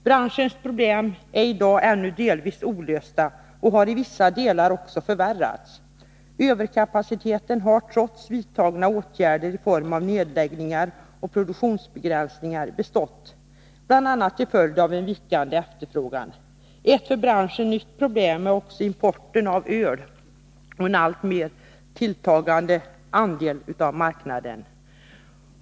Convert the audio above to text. Branschens problem är i dag ännu delvis olösta och har i vissa delar också förvärrats. Överkapaciteten har, trots vidtagna åtgärder i form av nedläggningar och produktionsbegränsningar, bestått, bl.a. till följd av vikande efterfrågan. Ett för branschen nytt problem är också att importen av öl har tagit en alltmer ökande andel av marknaden.